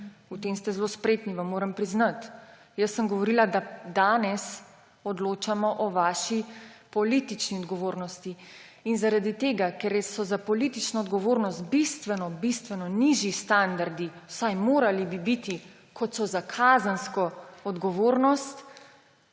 V tem ste zelo spretni, vam moram priznati. Jaz sem govorila, da danes odločamo o vaši politični odgovornosti in zaradi tega, ker so za politično odgovornost bistveno bistveno nižji standardi, vsaj morali bi biti, kot so za kazensko odgovornost.